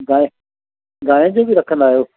गांहि गांहि जो बि रखंदा आहियो